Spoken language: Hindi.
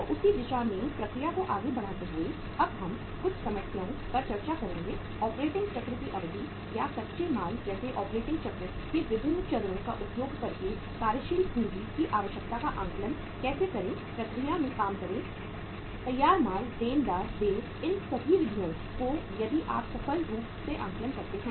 तो उसी दिशा में प्रक्रिया को आगे बढ़ाते हुए अब हम कुछ समस्याओं पर चर्चा करेंगे ऑपरेटिंग चक्र की अवधि या कच्चे माल जैसे ऑपरेटिंग चक्र के विभिन्न चरणों का उपयोग करके कार्यशील पूंजी की आवश्यकता का आकलन कैसे करें प्रक्रिया में काम करें तैयार माल देनदार देय इन सभी अवधियों को यदि आप सफल रूप से आकलन करते हैं